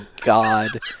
God